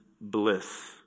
bliss